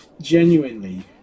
genuinely